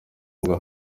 ngo